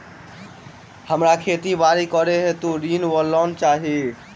हमरा खेती बाड़ी करै हेतु ऋण वा लोन चाहि?